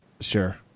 Sure